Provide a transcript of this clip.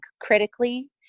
critically